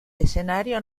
escenario